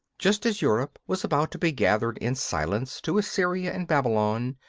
just as europe was about to be gathered in silence to assyria and babylon,